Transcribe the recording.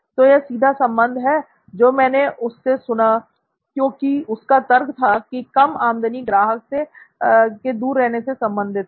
तो यह सीधा संबंध है जो मैंने उससे सुना क्योंकि उसका तर्क था की कम आमदनी ग्राहक के दूर रहने से संबंधित है